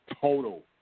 total